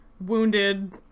Wounded